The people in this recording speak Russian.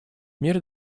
мир